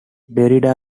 derrida